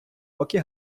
поки